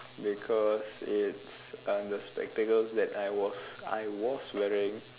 because it's uh the spectacles that I was I was wearing